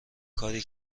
کاری